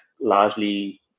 largely